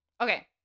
Okay